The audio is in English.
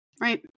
right